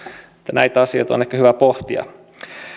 näitä asioita on ehkä hyvä pohtia